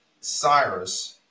Cyrus